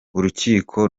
urukiko